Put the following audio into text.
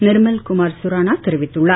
நிர்மல் குமார் சுரானா தெரிவித்துள்ளார்